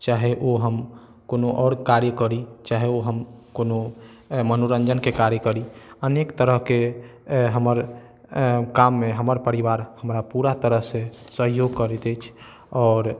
चाहे ओ हम कोनो और कार्य करी चाहे ओ हम कोनो मनोरञ्जनके कार्य करी अनेक तरहके हमर काममे हमर परिवार हमरा पूरा तरहसँ सहयोग करै अछि आओर